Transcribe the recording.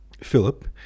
Philip